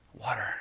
Water